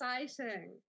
exciting